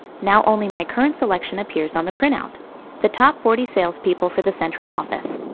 now only my current selection appears on the printout the top forty salespeople for the central office.